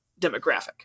demographic